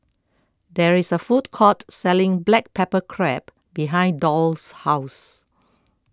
there is a food court selling Black Pepper Crab behind Doll's house